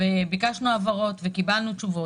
ביקשנו הבהרות וקיבלנו תשובות.